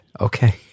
okay